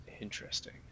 Interesting